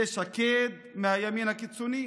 זה שקד, מהימין הקיצוני,